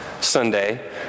Sunday